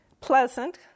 pleasant